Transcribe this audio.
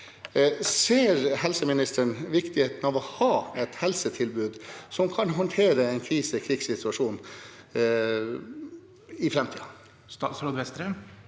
Ser helseministeren viktigheten av å ha et helsetilbud som kan håndtere en krise-/krigssituasjon i framtiden? Statsråd Jan